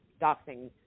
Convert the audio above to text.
doxing